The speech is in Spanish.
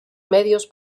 medios